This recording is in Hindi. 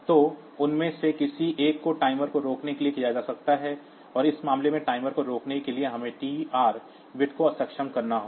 तो उनमें से किसी एक को टाइमर को रोकने के लिए किया जा सकता है और इस मामले में टाइमर को रोकने के लिए हमें TR बिट को अक्षम करना होगा